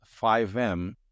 5M